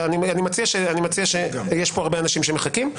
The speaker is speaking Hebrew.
יש כאן הרבה אנשים שמחכים.